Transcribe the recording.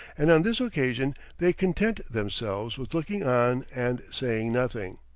and on this occasion they content themselves with looking on and saying nothing.